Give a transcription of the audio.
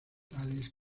tales